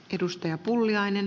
arvoisa puhemies